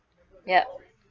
yup